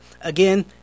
again